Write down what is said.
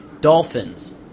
Dolphins